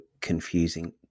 confusing